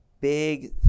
big